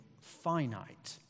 finite